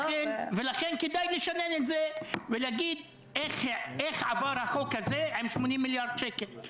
כדאי לשנן את זה ולהגיד איך עבר החוק הזה של 80 מיליארד שקל.